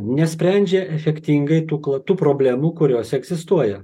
nesprendžia efektingai tų kla tų problemų kurios egzistuoja